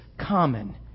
common